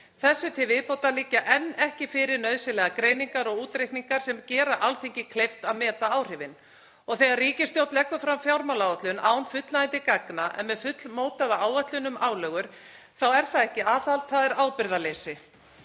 Þessu til viðbótar liggja enn ekki fyrir nauðsynlegar greiningar og útreikningar sem gera Alþingi kleift að meta áhrifin. Þegar ríkisstjórn leggur fram fjármálaáætlun án fullnægjandi gagna en með fullmótaða áætlun um álögur þá er það ekki aðhald, það er ábyrgðarleysi.